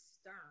stern